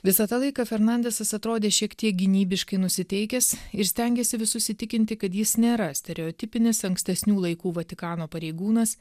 visą tą laiką fernandesas atrodė šiek tiek gynybiškai nusiteikęs ir stengėsi visus įtikinti kad jis nėra stereotipinis ankstesnių laikų vatikano pareigūnas